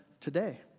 today